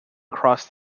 across